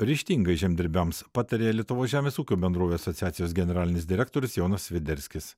ryžtingai žemdirbiams patarė lietuvos žemės ūkio bendrovių asociacijos generalinis direktorius jonas sviderskis